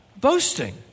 boasting